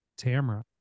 Tamra